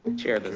and chair,